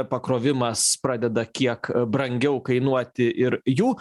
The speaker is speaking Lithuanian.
pakrovimas pradeda kiek brangiau kainuoti ir jų